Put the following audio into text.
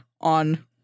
on